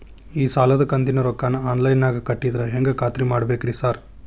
ಈ ಸಾಲದ ಕಂತಿನ ರೊಕ್ಕನಾ ಆನ್ಲೈನ್ ನಾಗ ಕಟ್ಟಿದ್ರ ಹೆಂಗ್ ಖಾತ್ರಿ ಮಾಡ್ಬೇಕ್ರಿ ಸಾರ್?